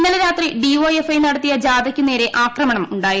ഇന്നലെ രാത്രി ഡിവൈഎഫ്ഐ നടത്തിയ ജാഥയ്ക്ക് നേരെ അക്രമണം ഉണ്ടായിരുന്നു